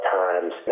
times